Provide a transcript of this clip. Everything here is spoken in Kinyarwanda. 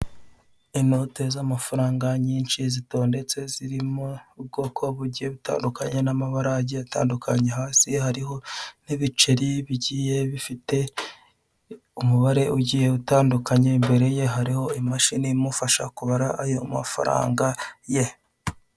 Inote z'amafaranga nyinshi zitondetse zirimo ubwoko bugiye butandkunye, n'amabara agiye atandukanye, hasi hariho ibiceri bigiye bifite umubare ugiye utandukanye imbere ye hariho imashini imufasha kubara ayo mafaranga ye.